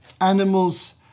animals